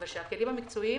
אבל שהכלים המקצועיים